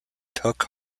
took